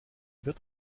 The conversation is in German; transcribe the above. wird